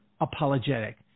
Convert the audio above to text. apologetic